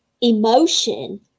emotion